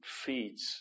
feeds